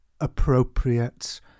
appropriate